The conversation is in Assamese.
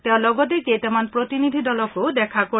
তেওঁ লগতে কেইটামান প্ৰতিনিধি দলকো দেখা কৰিব